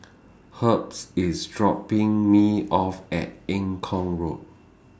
Herbs IS dropping Me off At Eng Kong Road